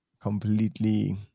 Completely